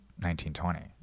1920